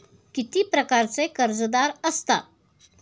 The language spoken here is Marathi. किती प्रकारचे कर्जदार असतात